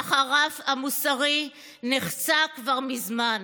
אך הרף המוסרי נחצה כבר מזמן.